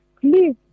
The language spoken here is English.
Please